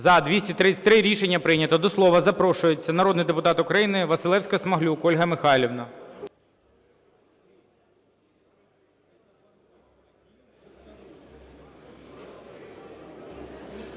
За-233 Рішення прийнято. До слова запрошується народний депутат України Василевська-Смаглюк Ольга Михайлівна.